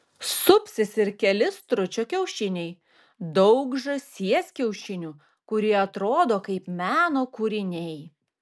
supsis ir keli stručio kiaušiniai daug žąsies kiaušinių kurie atrodo kaip meno kūriniai